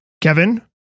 Kevin